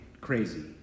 crazy